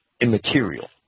immaterial